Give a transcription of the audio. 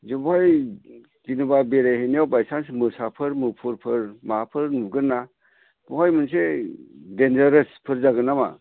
जोंखौहाय जेनेबा बेरायहैनायाव बायचान्स मोसाफोर मुफुरफोर माबाफोर नुगोन ना बेवहाय मोनसे देनजारेसफोर जागोन नामा